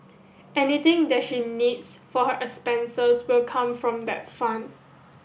anything that she needs for her expenses will come from that fund